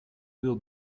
will